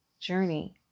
journey